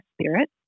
spirit